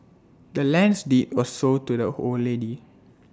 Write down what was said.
the land's deed was sold to the old lady